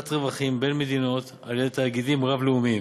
רווחים בין מדינות על-ידי תאגידים רב-לאומיים.